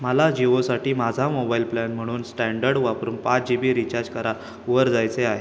मला जिओसाठी माझा मोबाईल प्लॅन म्हणून स्टँडर्ड वापरून पाच जी बी रिचार्ज करा वर जायचे आहे